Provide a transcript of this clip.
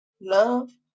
Love